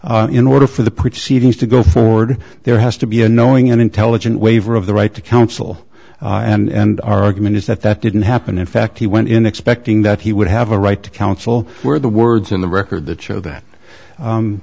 law in order for the proceedings to go forward there has to be a knowing and intelligent waiver of the right to counsel and our argument is that that didn't happen in fact he went in expecting that he would have a right to counsel were the words in the record that show that